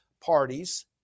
parties